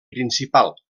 principal